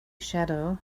shadow